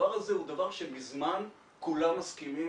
הדבר הזה הוא דבר שמזמן כולם מסכימים